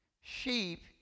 sheep